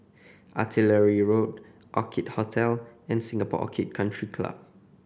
Artillery Road Orchid Hotel and Singapore Orchid Country Club